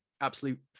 absolute